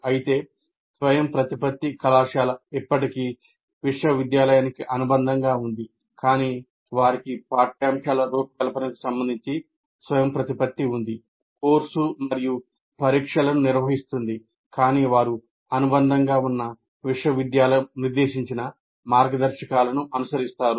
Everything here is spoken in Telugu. అయితే స్వయంప్రతిపత్త కళాశాల ఇప్పటికీ విశ్వవిద్యాలయానికి అనుబంధంగా ఉంది కాని వారికి పాఠ్యాంశాల రూపకల్పనకు సంబంధించి స్వయంప్రతిపత్తి ఉంది కోర్సు మరియు పరీక్షలను నిర్వహిస్తుంది కాని వారు అనుబంధంగా ఉన్న విశ్వవిద్యాలయం నిర్దేశించిన మార్గదర్శకాలను అనుసరిస్తారు